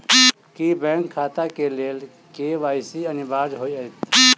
की bank खाता केँ लेल के.वाई.सी अनिवार्य होइ हएत?